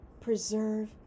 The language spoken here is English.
preserve